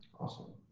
awesome.